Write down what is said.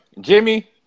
Jimmy